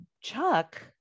Chuck-